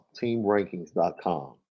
Teamrankings.com